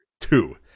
two